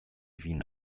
wien